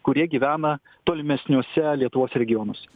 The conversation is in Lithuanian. kurie gyvena tolimesniuose lietuvos regionuose